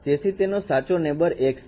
તેથી તેનો સાચો નેબર x છે